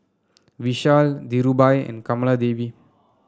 Vishal Dhirubhai and Kamaladevi